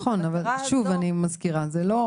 נכון, אבל אני מזכירה שוב,